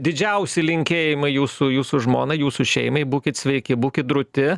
didžiausi linkėjimai jūsų jūsų žmonai jūsų šeimai būkit sveiki būkit drūti